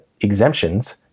exemptions